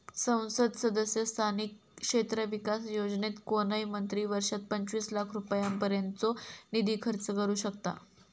संसद सदस्य स्थानिक क्षेत्र विकास योजनेत कोणय मंत्री वर्षात पंचवीस लाख रुपयांपर्यंतचो निधी खर्च करू शकतां